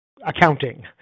accounting